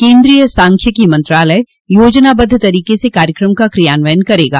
केन्द्रीय सांख्यिकी मंत्रालय योजनाबद्व तरीके से कार्यक्रम का क्रियान्वयन करेगा